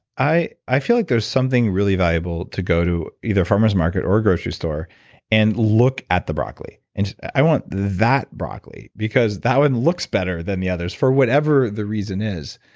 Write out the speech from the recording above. i i feel like there's something really valuable to go to either a farmer's market or a grocery store and look at the broccoli, and i want that broccoli, because that one looks better than the others, for whatever the reason is.